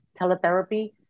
teletherapy